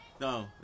No